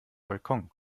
balkon